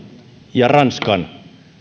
ja ranskan